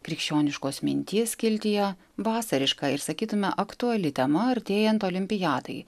krikščioniškos minties skiltyje vasariška ir sakytume aktuali tema artėjant olimpiadai